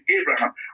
Abraham